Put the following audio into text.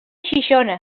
xixona